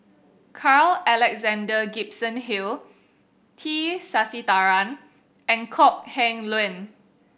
Carl Alexander Gibson Hill T Sasitharan and Kok Heng Leun